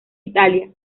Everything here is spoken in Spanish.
italia